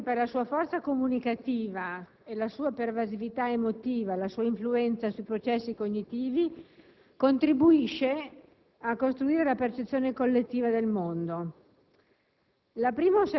quel mezzo che, per la sua forza comunicativa, la sua pervasività emotiva e la sua influenza sui processi cognitivi, contribuisce a costruire la percezione collettiva del mondo.